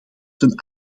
ten